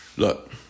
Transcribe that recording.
Look